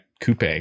coupe